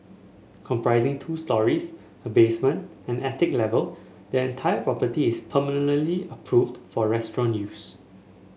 comprising two storeys a basement and an attic level the entire property is permanently approved for restaurant use